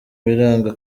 biranga